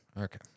Okay